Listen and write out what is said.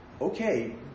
okay